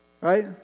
right